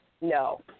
no